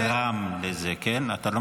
למה על זה אתם לא